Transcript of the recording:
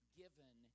given